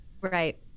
right